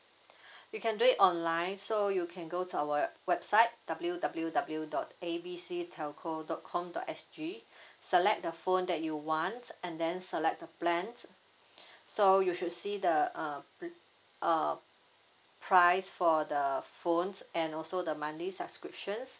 you can do it online so you can go to our website W W W dot A B C telco dot com dot S G select the phone that you want and then select the plan so you should see the uh uh price for the phones and also the monthly subscriptions